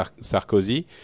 sarkozy